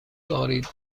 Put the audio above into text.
دارید